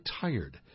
tired